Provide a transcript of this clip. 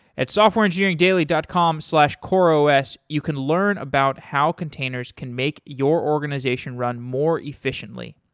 at softwareengineeringdaily dot com slash coreos you can learn about how containers can make your organization run more efficiently.